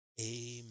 amen